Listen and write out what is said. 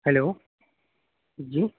hello جی